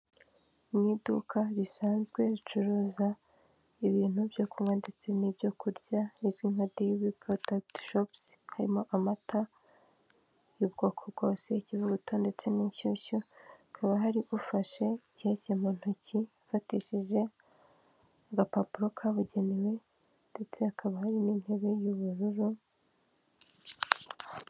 Mu iduka risanzwe ricuruza ibintu byo kunywa ndetse n'ibyorya, rizwi nka Daily product shops, harimo amata y'ubwoko bwose ikivuguto ndetse n'inshyushyu, hakaba hari ufashe keke mu ntoki, afatishije agapapuro kabugenewe ndetse hakaba hari n'intebe y'ubururu.